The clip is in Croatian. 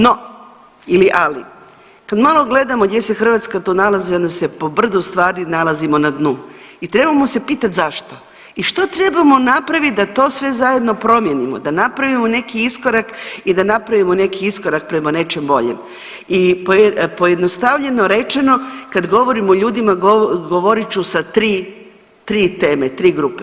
No ili ali, kad malo gledamo gdje se Hrvatska to nalazi, ona se po brdu stvari nalazimo na dnu i trebamo se pitati zašto i što trebamo napraviti da to sve zajedno promijenimo, da napravimo neki iskorak i da napravimo neki iskorak prema nečemu boljem i pojednostavljeno rečeno, kad govorimo o ljudima, govorit ću sa 3 teme, 3 grupe.